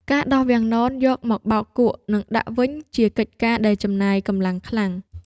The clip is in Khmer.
ការដោះវាំងននយកមកបោកគក់ និងដាក់វិញ ជាកិច្ចការដែលចំណាយកម្លាំងខ្លាំង។